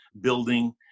building